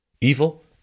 Evil